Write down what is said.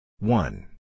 One